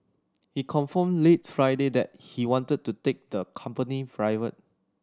he confirmed late Friday that he wanted to take the company private